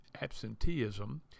absenteeism